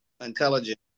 intelligent